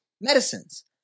medicines